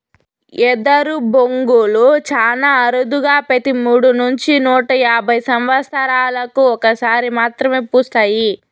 ఎదరు బొంగులు చానా అరుదుగా పెతి మూడు నుంచి నూట యాభై సమత్సరాలకు ఒక సారి మాత్రమే పూస్తాయి